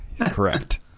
Correct